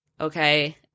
okay